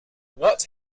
what